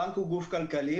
הבנק הוא גוף כלכלי,